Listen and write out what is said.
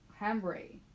hambre